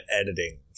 editing